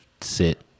sit